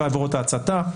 כל העבירות ההצתה.